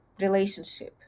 relationship